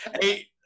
Hey